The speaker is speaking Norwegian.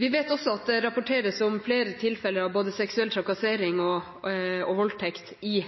Vi vet også at det rapporteres om flere tilfeller av seksuell trakassering og voldtekt i